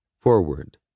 Forward